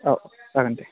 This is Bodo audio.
औ जागोन दे